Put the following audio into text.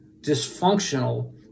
dysfunctional